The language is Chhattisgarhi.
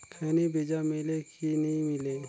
खैनी बिजा मिले कि नी मिले?